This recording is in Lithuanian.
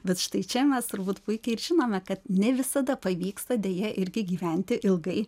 bet štai čia mes turbūt puikiai ir žinome kad ne visada pavyksta deja irgi gyventi ilgai